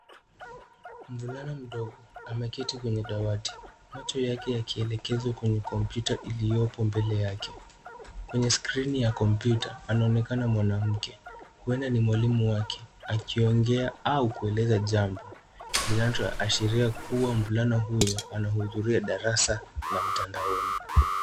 Mvulana mdogo ameketi kwenye dawati, macho yake yakielekezwa kwenye kompyuta iliyopo mbele yake. Kwenye skrini ya kompyuta anaonekana mwanamke huenda ni mwalimu wake akiaongea au kueleza jambo linachoashiria kuwa mvulana huyo anahudhuria darasa la mtandaoni.